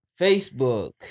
Facebook